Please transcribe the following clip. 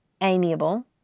amiable